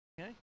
Okay